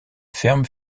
ferme